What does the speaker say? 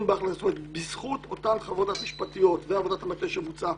בזכות אותן חוות דעת משפטיות ועבודת המטה שבוצעה,